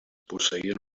posseïen